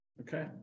Okay